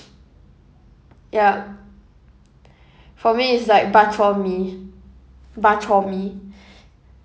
ya for me is like bak chor mee bak chor mee